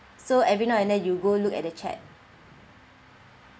so every now and then you go look at the chat